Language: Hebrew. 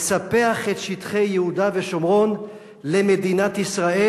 לספח את שטחי יהודה ושומרון למדינת ישראל.